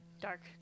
Dark